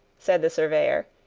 said the surveyor,